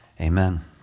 Amen